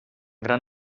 gran